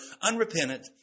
unrepentant